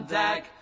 deck